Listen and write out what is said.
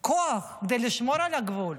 כוח כדי לשמור על הגבול,